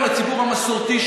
גם לציבור המסורתי,